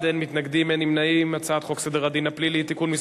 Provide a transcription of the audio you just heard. ההצעה להעביר את הצעת חוק סדר הדין הפלילי (תיקון מס'